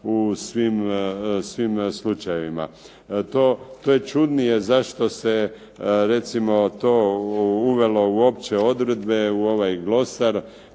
u svim slučajevima. To je čudnije zašto se recimo to uvelo u opće odredbe, u ovaj glosar,